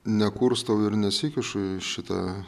nekurstau ir nesikišu į šitą